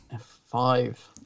five